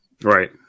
right